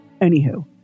Anywho